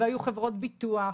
והיו חברות ביטוח,